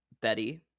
Betty